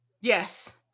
Yes